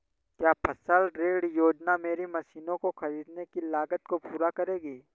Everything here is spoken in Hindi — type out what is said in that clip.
क्या फसल ऋण योजना मेरी मशीनों को ख़रीदने की लागत को पूरा करेगी?